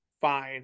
fine